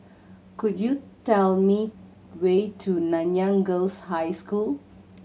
could you tell me way to Nanyang Girls' High School